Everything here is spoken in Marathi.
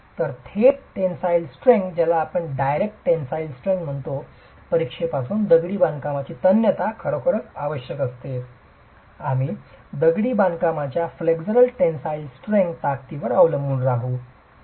तर थेट टेनसाईल स्ट्रेंग्थ परीक्षेपासून दगडी बांधकामांची तन्यता खरोखरच आवश्यक नसते आम्ही दगडी बांधकामाच्या फ्लेक्सरल टेनसाईल स्ट्रेंग्थ ताकदीवर अवलंबून राहू शकतो